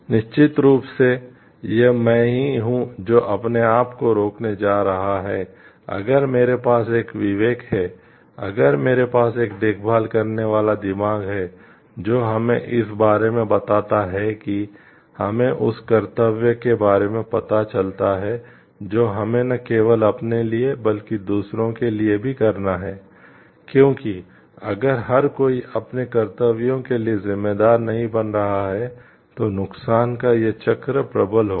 निश्चित रूप से यह मैं ही हूँ जो अपने आप को रोकने जा रहा है अगर मेरे पास एक विवेक है अगर मेरे पास एक देखभाल करने वाला दिमाग है जो हमें इस बारे में बताता है कि हमें उस कर्तव्य के बारे में पता चलता है जो हमें न केवल अपने लिए बल्कि दूसरों के लिए भी करना है क्योंकि अगर हर कोई अपने कर्तव्यों के लिए जिम्मेदार नहीं बन रहा है तो नुकसान का यह चक्र प्रबल होगा